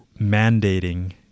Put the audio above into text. mandating